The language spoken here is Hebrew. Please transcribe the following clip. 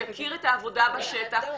שיכיר את העבודה בשטח,